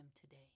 today